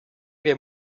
wir